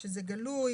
שזה גלוי,